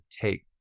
take